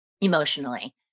emotionally